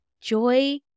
joy